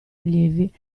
allievi